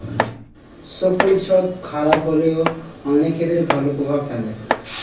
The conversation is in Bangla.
শোক পরিচ্ছদ খারাপ হলেও অনেক ক্ষেত্রে ভালো প্রভাব ফেলে